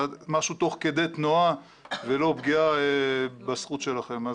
זה משהו תוך כדי תנועה ולא פגיעה בזכות שלכם.